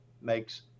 makes